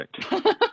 perfect